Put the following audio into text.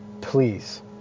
please